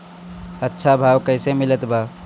अच्छा भाव कैसे मिलत बा?